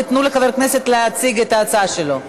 ותנו לחבר הכנסת להציג את ההצעה שלו.